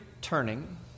turning